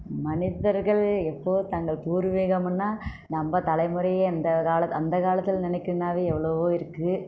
மனிதர்கள் இப்போது தங்கள் பூர்வீகம்னால் நம்ம தலைமுறை அந்த காலத் அந்த காலத்தில் நினைக்கும்னாவே எவ்வளவோ இருக்குது